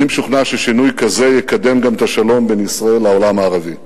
אני משוכנע ששינוי כזה יקדם גם את השלום בין ישראל לעולם הערבי.